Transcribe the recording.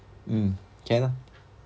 mm can lah